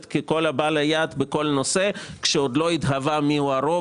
ככל הבא ליד בכל נושא כשעוד לא התהווה מי הוא הרוב